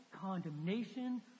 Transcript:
condemnation